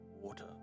Water